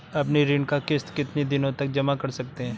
अपनी ऋण का किश्त कितनी दिनों तक जमा कर सकते हैं?